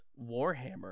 Warhammer